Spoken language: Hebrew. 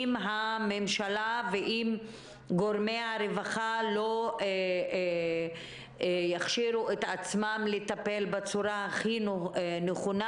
אם הממשלה ואם גורמי הרווחה לא יכשירו עצמם לטפל בצורה הכי נכונה